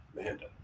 Amanda